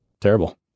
terrible